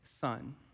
son